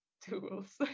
tools